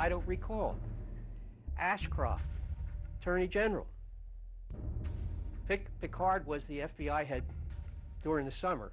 i don't recall ashcroft attorney general pick a card was the f b i had during the summer